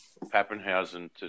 Pappenhausen